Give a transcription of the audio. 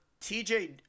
TJ